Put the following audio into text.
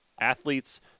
Athletes